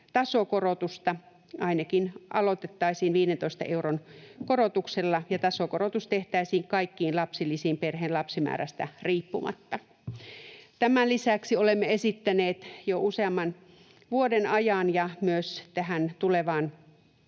tasokorotusta. Ainakin aloitettaisiin 15 euron korotuksella, ja tasokorotus tehtäisiin kaikkiin lapsilisiin perheen lapsimäärästä riippumatta. Tämän lisäksi olemme esittäneet jo useamman vuoden ajan ja myös tähän